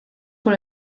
por